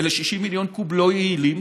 אלה 60 מיליון קוב לא יעילים,